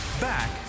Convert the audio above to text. back